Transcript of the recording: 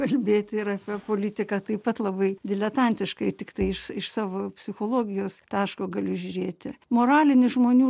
kalbėti ir apie politiką taip pat labai diletantiškai tiktai iš iš savo psichologijos taško galiu žiūrėti moralinis žmonių